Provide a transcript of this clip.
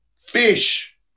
Fish